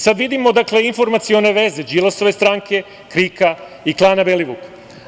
Sad vidimo, dakle, informacione veze Đilasove stranke, KRIK-a i klana Belivuk.